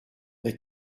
they